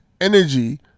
energy